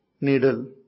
needle